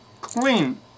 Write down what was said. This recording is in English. clean